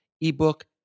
ebook